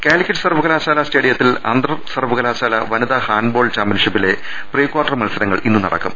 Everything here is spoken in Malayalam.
കാലിക്കറ്റ് സർവ്വകലാശാലാ സ്റ്റേഡിയത്തിൽ അന്തർ സർവ്വക ലാശാല വനിതാ ഹാൻഡ്ബോൾ ചാമ്പ്യൻഷിപ്പിലെ പ്രീക്വാർട്ടർ മത്സ രങ്ങൾ ഇന്ന് നടക്കും